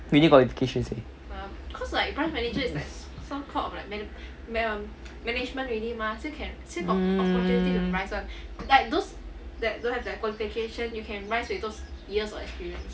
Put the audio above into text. uni qualifications eh mm